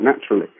naturally